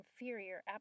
inferior